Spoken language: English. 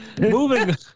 moving